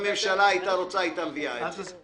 הממשלה הייתה רוצה, היא הייתה מביאה את זה.